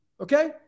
Okay